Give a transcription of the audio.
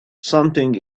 something